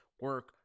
Work